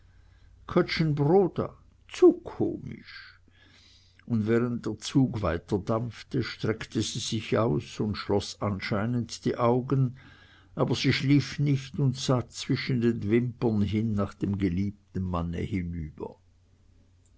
kötzschenbroda zu komisch und während der zug weiterdampfte streckte sie sich aus und schloß anscheinend die augen aber sie schlief nicht und sah zwischen den wimpern hin nach dem geliebten manne hinüber